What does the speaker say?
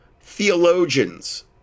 theologians